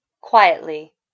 Quietly